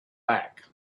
back